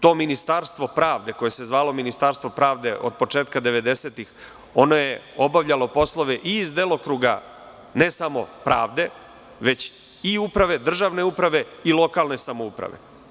To Ministarstvo pravde koje se zvalo Ministarstvo pravde od početka devedesetih, ono je obavljalo poslove i iz delokruga ne samo pravde, već i uprave, državne uprave i lokalne samouprave.